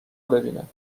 ببینم